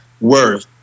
worth